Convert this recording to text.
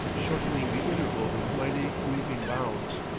shortening the interval with mighty, leaping bounds.